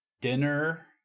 dinner